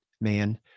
man